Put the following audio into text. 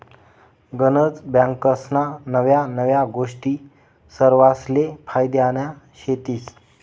गनज बँकास्ना नव्या नव्या गोष्टी सरवासले फायद्यान्या शेतीस